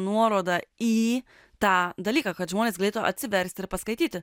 nuorodą į tą dalyką kad žmonės galėtų atsiversti ir paskaityti